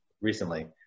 recently